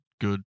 good